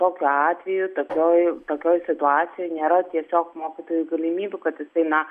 tokiu atveju tokioj tokioj situacijoj nėra tiesiog mokytojui galimybių kad jisai na